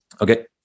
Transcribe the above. okay